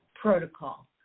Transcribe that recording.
protocol